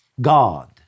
God